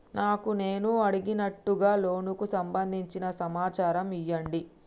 నాకు నేను అడిగినట్టుగా లోనుకు సంబందించిన సమాచారం ఇయ్యండి?